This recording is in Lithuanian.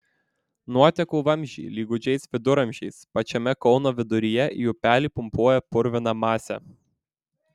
nuotekų vamzdžiai lyg gūdžiais viduramžiais pačiame kauno viduryje į upelį pumpuoja purviną masę